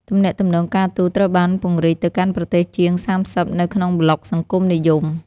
ទំនាក់ទំនងការទូតត្រូវបានពង្រីកទៅកាន់ប្រទេសជាង ៣០ នៅក្នុងប្លុកសង្គមនិយម។